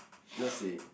not say